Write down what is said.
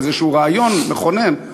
איזשהו רעיון מכונן.